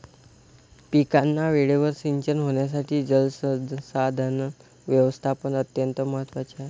पिकांना वेळेवर सिंचन होण्यासाठी जलसंसाधन व्यवस्थापन अत्यंत महत्त्वाचे आहे